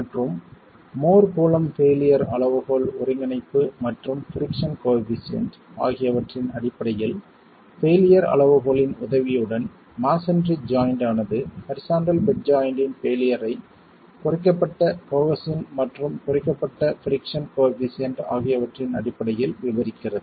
மற்றும் Mohr Coulomb failure அளவுகோல் ஒருங்கிணைப்பு மற்றும் பிரிக்ஸன் கோயெபிசியன்ட் ஆகியவற்றின் அடிப்படையில் பெயிலியர் அளவுகோலின் உதவி உடன் மஸோன்றி ஜாய்ண்ட் ஆனது ஹரிசாண்டல் பெட் ஜாய்ண்ட்டின் பெயிலியர் ஐ குறைக்கப்பட்ட கோஹெஸின் மற்றும் குறைக்கப்பட்ட பிரிக்ஸன் கோயெபிசியன்ட் ஆகியவற்றின் அடிப்படையில் விவரிக்கிறது